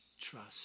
trust